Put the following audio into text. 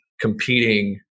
competing